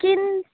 কিন